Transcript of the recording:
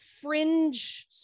fringe